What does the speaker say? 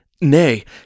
nay